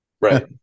Right